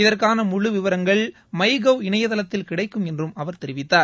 இதற்கான முழு விவரங்கள் மை கவ் இணையத்தில் கிடைக்கும் என்றும் அவர் தெரிவித்தார்